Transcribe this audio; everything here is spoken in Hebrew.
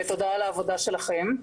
ותודה על העבודה שלכם.